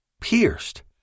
pierced